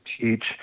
teach